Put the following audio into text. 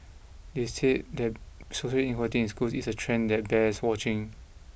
they said that social inequality in schools is a trend that bears watching